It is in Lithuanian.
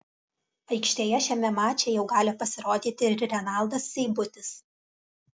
aikštėje šiame mače jau gali pasirodyti ir renaldas seibutis